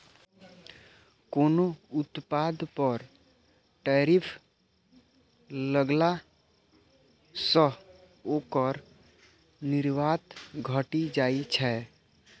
कोनो उत्पाद पर टैरिफ लगला सं ओकर निर्यात घटि जाइ छै